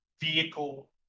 vehicle